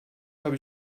habe